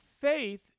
Faith